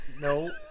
No